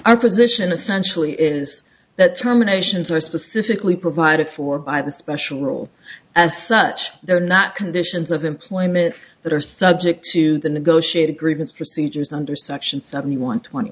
our position essentially is that terminations are specifically provided for by the special rule as such they're not conditions of employment that are subject to the negotiated agreements procedures under section seventy one twenty